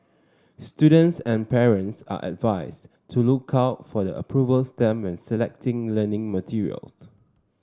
students and parents are advised to look out for the approval stamp and selecting learning materials